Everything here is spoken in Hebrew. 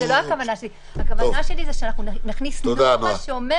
הכוונה שלי היא שאנחנו נכניס שם נורמה שרק